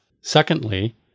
Secondly